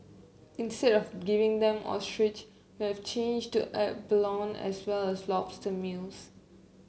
instead of giving them ostrich we have changed to abalone as well as lobster meals